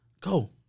go